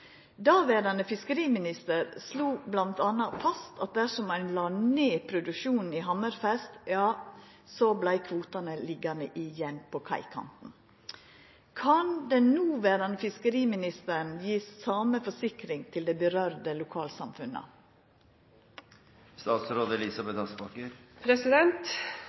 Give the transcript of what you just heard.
fiskeriminister slo m.a. fast at dersom ein la ned produksjonen i Hammerfest, så vart kvotane liggjande igjen på kaikanten. Kan den noverande fiskeriministeren gi same forsikring til dei lokalsamfunna